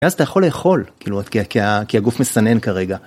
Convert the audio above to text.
אז אתה יכול לאכול כאילו כי הגוף מסנן כרגע.